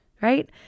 right